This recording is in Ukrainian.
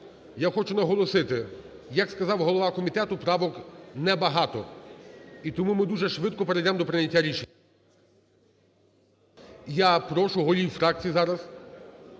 Я хочу наголосити, як сказав голова комітету, правок небагато. І тому ми дуже швидко перейдемо до прийняття рішення. Я прошу голів фракцій зараз